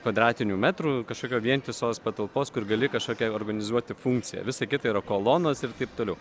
kvadratinių metrų kažkokio vientisos patalpos kur gali kažkokią organizuoti funkciją visa kita yra kolonos ir taip toliau